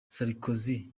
sarkozy